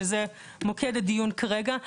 שזה מוקד הדיון כרגע,